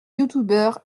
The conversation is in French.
youtuber